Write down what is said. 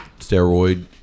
steroid